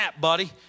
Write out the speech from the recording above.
buddy